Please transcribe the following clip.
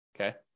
Okay